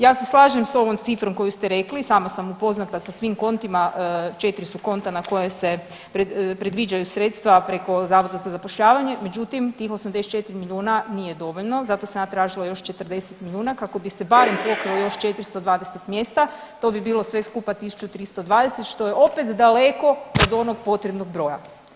Ja se slažem s ovom cifrom koju ste rekli, sama sam upoznata sa svim kontima četri su konta na koje se predviđaju sredstva preko Zavoda za zapošljavanje, međutim tih 84 milijuna nije dovoljno, zato sam ja tražila još 40 milijuna kako bi se barem pokrilo još 420 mjesta, to bi bilo sve skupa 1320 što je opet daleko od onog potrebnog broja.